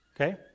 Okay